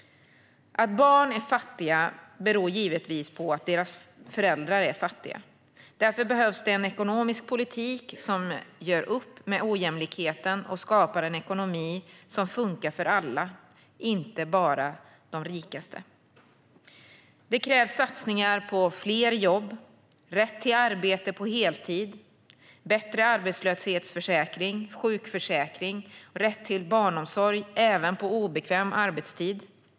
Att barn är fattiga beror givetvis på att deras föräldrar är fattiga. Därför behövs det en ekonomisk politik som gör upp med ojämlikheten och skapar en ekonomi som funkar för alla, inte bara för de rikaste. Det krävs satsningar på fler jobb, rätt till arbete på heltid, bättre arbetslöshetsförsäkring, sjukförsäkring och rätt till barnomsorg även på obekväm arbetstid.